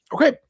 Okay